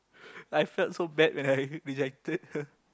I felt so bad when I rejected her